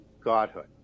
godhood